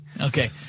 Okay